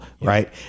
right